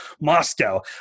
Moscow